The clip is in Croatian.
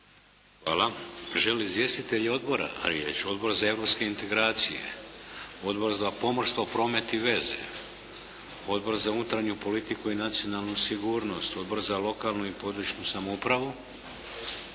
Hvala. Žele li izvjestitelji odbora riječ? Odbor za europske integracije? Odbor za pomorstvo, promet i veze? Odbor za unutarnju politiku i nacionalnu sigurnost? Odbor za lokalnu i područnu samoupravu?